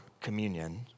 communion